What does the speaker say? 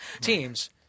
Teams